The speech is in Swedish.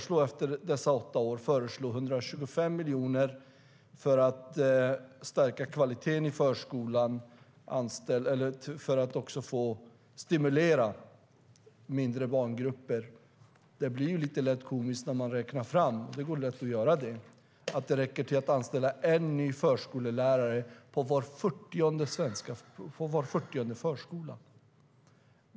Sedan, efter dessa åtta år, föreslår ni 125 miljoner för att stärka kvaliteten i förskolan och för att stimulera till mindre barngrupper. Då blir det lite lätt komiskt när man räknar fram - vilket går lätt att göra - att det räcker till att anställa en ny förskollärare på var 40:e förskola.